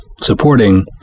supporting